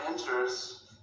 enters